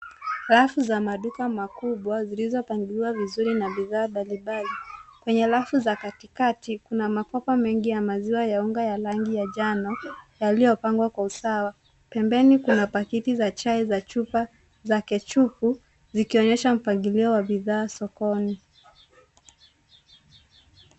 Rafu za maduka makubwa, zilizopangiliwa vizuri na bidhaa mbalimbali. Kwenye rafu za katikati, kuna makopa mengi ya maziwa ya unga ya rangi ya njano, yaliyopangwa kwa usawa. Pembeni kuna pakiti za chai za chupa za kechupu, zikionyesha mpangilio wa bidhaa sokoni.